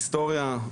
היסטוריה,